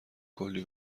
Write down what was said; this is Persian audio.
کلی